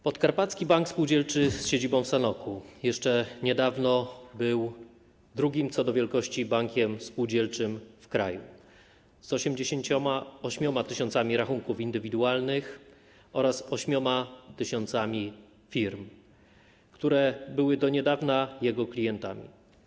Podkarpacki Bank Spółdzielczy z siedzibą w Sanoku jeszcze niedawno był drugim co do wielkości bankiem spółdzielczym w kraju z 88 tys. rachunków indywidualnych oraz 8 tys. firm, które były do niedawna jego klientami.